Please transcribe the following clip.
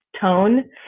tone